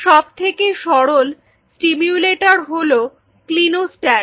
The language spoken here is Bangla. সবথেকে সরল স্টিমুলেটর হল ক্লিনোস্ট্যাট